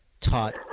taught